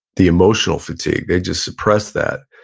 the emotional fatigue, they just suppress that.